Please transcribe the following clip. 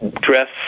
dress